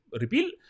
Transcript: repeal